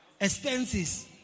expenses